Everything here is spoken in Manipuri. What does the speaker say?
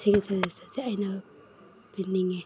ꯁꯤꯒꯤ ꯁꯖꯦꯁꯟꯁꯦ ꯑꯩꯅ ꯄꯤꯅꯤꯡꯏ